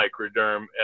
Microderm